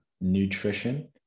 nutrition